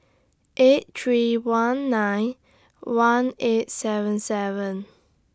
eight three one nine one eight seven seven